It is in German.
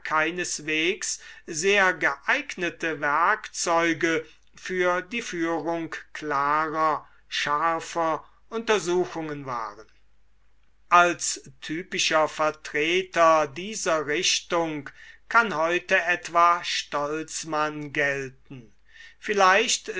keineswegs sehr geeignete werkzeuge tüx die führung klarer scharfer untersuchungen waren als typischer vertreter dieser richtung kann heute etwa stolz mann gelten vielleicht